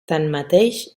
tanmateix